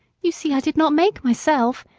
you see i did not make myself.